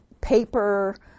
paper